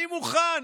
אני מוכן.